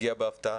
הגיע בהפתעה